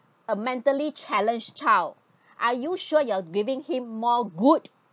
a mentally challenged child are you sure you're giving him more good